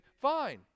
fine